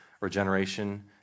regeneration